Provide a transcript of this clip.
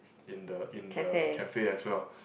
in the in the cafe as well